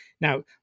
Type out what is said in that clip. Now